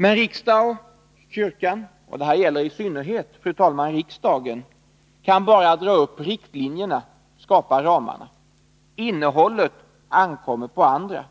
Men riksdag och kyrkomöte — detta gäller i synnerhet riksdagen — kan bara dra upp riktlinjerna, skapa ramarna. Innehållet ankommer det på andra att